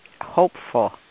hopeful